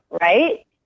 Right